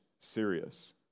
serious